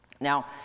Now